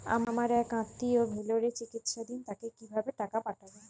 আমার এক আত্মীয় ভেলোরে চিকিৎসাধীন তাকে কি ভাবে টাকা পাঠাবো?